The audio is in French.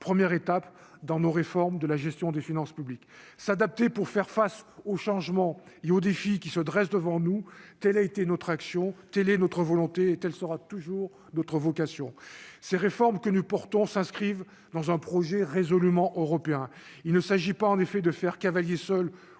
première étape dans nos réformes de la gestion des finances publiques s'adapter pour faire face aux changements et aux défis qui se dressent devant nous, telle a été notre action, telle est notre volonté est elle sera toujours notre vocation ces réformes que nous portons, s'inscrivent dans un projet résolument européen, il ne s'agit pas en effet de faire cavalier seul,